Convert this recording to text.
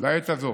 לעת הזאת.